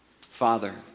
Father